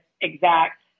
exact